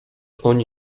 oni